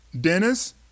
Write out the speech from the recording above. Dennis